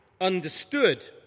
understood